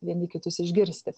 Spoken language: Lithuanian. vieni kitus išgirsti